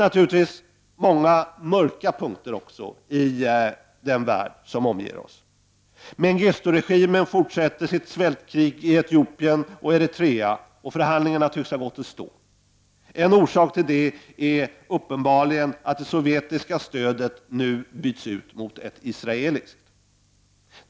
Naturligtvis finns det också många andra mörka punkter i den värld som omger oss. Mengisturegimen fortsätter sitt svältkrig i Etiopien och Eritrea. Förhandlingarna tycks ha gått i stå. En orsak till det är uppenbarligen att det sovjetiska stödet nu har bytts ut mot ett israeliskt stöd.